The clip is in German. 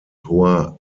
hoher